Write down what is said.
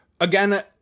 Again